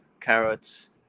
carrots